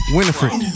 Winifred